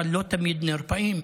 אבל לא תמיד נרפאים,